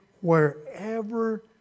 wherever